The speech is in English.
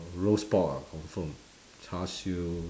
roast pork ah confirm char-siew